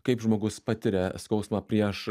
kaip žmogus patiria skausmą prieš